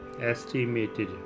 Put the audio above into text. estimated